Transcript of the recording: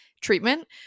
treatment